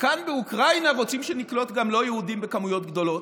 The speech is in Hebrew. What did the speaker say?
וכאן באוקראינה רוצים שנקלוט גם לא יהודים בכמויות גדולות.